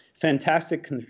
Fantastic